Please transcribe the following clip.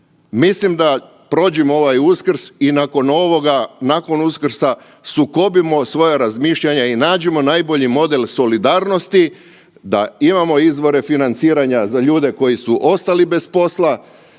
mislim da prođimo ovaj Uskrs i nakon ovoga, nakon Uskrsa sukobimo svoja razmišljanja i nađimo najbolji model solidarnosti da imamo izvore financiranja za ljude koji su ostali bez posla,